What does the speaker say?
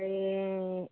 बे